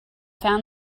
found